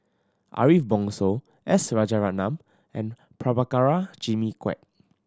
Ariff Bongso S Rajaratnam and Prabhakara Jimmy Quek